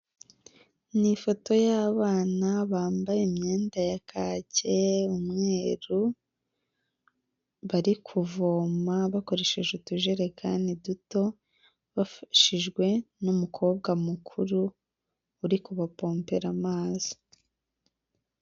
Ni ifoto y'abana bambaye imyenda ya kake, umweru, bari kuvoma bakoresheje utujerekani duto bafashijwe n'umukobwa mukuru uri kubapompera amazi.